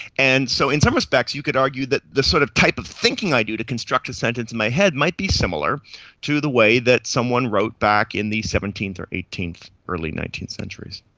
and so in some respects you could argue that the sort of type of thinking i do to construct a sentence in my head might be similar to the way that someone wrote back in the seventeenth or eighteenth or early nineteenth centuries.